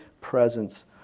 presence